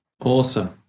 Awesome